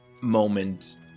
moment